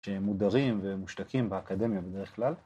‫שמודרים ומושתקים ‫באקדמיה בדרך כלל.